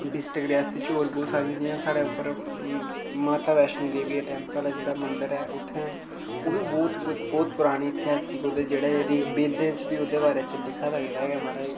district Reasi च होर बड़ियां सारियां जियां साढ़ै उप्पर माता बैष्णो देवी दा टैंपल जेह्ड़ा मन्दर ऐ उत्थें ओह् बी इक बौह्त परानी इतेहासक जेह्ड़ी वेदें च बी ओह्दै बारै च लिखेआ गेदै ऐ महाराज